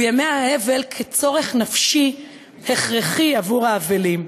ימי האבל כצורך נפשי הכרחי עבור האבלים.